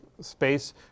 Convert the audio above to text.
space